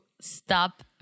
stop